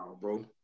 bro